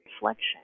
reflection